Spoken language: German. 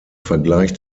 vergleich